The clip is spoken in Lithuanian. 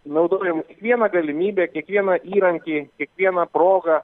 naudojam kiekvieną galimybę kiekvieną įrankį kiekvieną progą